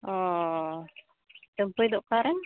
ᱚᱻ ᱪᱟᱹᱢᱯᱟᱹᱭ ᱫᱚ ᱚᱠᱟᱨᱮᱱ